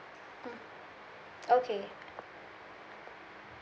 mm okay